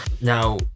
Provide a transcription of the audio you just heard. Now